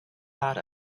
thought